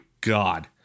God